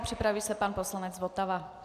Připraví se pan poslanec Votava.